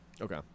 okay